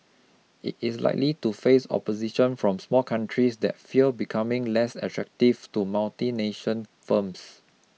it is likely to face opposition from small countries that fear becoming less attractive to multinational firms